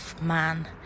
man